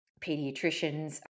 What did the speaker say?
pediatricians